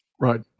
Right